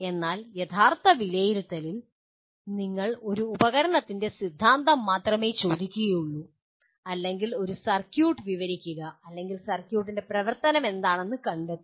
എന്നാൽ യഥാർത്ഥ വിലയിരുത്തലിൽ നിങ്ങൾ ഒരു ഉപകരണത്തിൻ്റെ സിദ്ധാന്തം മാത്രമേ ചോദിക്കുകയുള്ളൂ അല്ലെങ്കിൽ ഒരു സർക്യൂട്ട് വിവരിക്കുക അല്ലെങ്കിൽ സർക്യൂട്ടിൻ്റെ പ്രവർത്തനം എന്താണെന്ന് കണ്ടെത്തുക